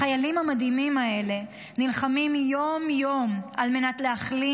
החיילים המדהימים האלה נלחמים יום-יום על מנת להחלים